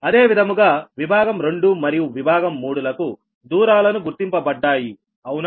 అదే విధముగా విభాగం 2 మరియు విభాగం 3 లకు దూరాలను గుర్తింపబడ్డాయి అవునా